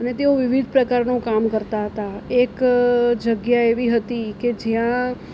અને તેઓ વિવિધ પ્રકારનું કામ કરતા હતા એક જગ્યા એવી હતી કે જ્યાં